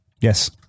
Yes